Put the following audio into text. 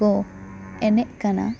ᱠᱚ ᱮᱱᱮᱡ ᱠᱟᱱᱟ